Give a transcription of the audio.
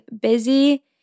busy